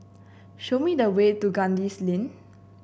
show me the way to Kandis Lane